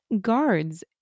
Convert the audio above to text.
guards